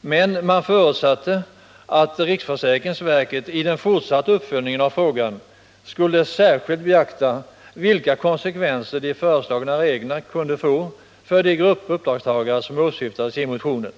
Men man förutsatte att riksförsäkringsverket i den fortsatta uppföljningen av frågan skulle särskilt beakta vilka konsekvenser de föreslagna reglerna kunde få för de grupper uppdragstagare som åsyftades i motionen.